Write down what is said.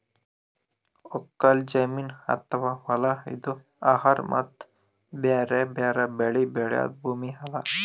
ಒಕ್ಕಲ್ ಜಮೀನ್ ಅಥವಾ ಹೊಲಾ ಇದು ಆಹಾರ್ ಮತ್ತ್ ಬ್ಯಾರೆ ಬ್ಯಾರೆ ಬೆಳಿ ಬೆಳ್ಯಾದ್ ಭೂಮಿ ಅದಾ